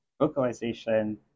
vocalization